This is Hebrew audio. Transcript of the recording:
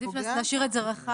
עדיף להשאיר את זה רחב.